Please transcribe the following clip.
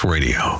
Radio